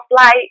flight